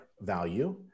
value